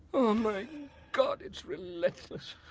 um my god, it's relentless.